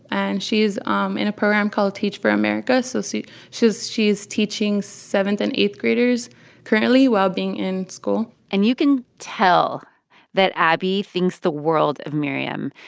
and she's um in a program called teach for america. so so she's she's teaching seventh and eighth-graders currently, while being in school and you can tell that abby thinks the world of miriam.